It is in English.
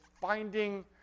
finding